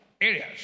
areas